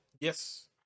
Yes